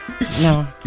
No